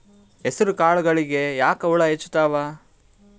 ಹೆಸರ ಕಾಳುಗಳಿಗಿ ಯಾಕ ಹುಳ ಹೆಚ್ಚಾತವ?